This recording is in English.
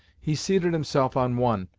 he seated himself on one,